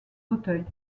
fauteuils